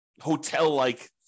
hotel-like